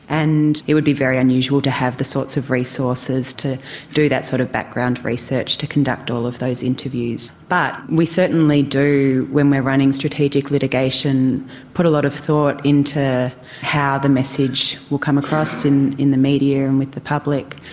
and it would be very unusual to have the sorts of resources to do that sort of background research to conduct all of those interviews. but we certainly do when we are running strategic litigation put a lot of thought into how the message will come across in in the media and with the public,